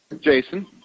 Jason